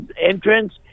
entrance